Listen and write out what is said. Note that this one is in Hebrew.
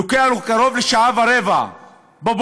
לוקח לו קרוב לשעה ורבע בבוקר.